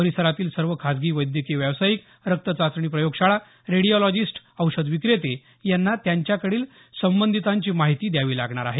परिसरतील सर्व खासगी वैद्यकिय व्यावसायिक रक्तचाचणी प्रयोगशाळा रेडीओलॉजीस्ट औषध विक्रेते यांना त्यांच्याकडील संबंधितांची माहिती द्यावी लागणार आहे